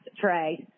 Trey